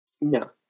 no